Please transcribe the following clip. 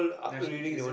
Natio~ is it